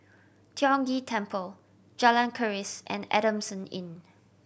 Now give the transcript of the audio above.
Tiong Ghee Temple Jalan Keris and Adamson Inn